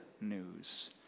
news